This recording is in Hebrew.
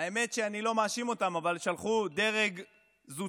האמת שאני לא מאשים אותם, אבל שלחו דרג זוטר,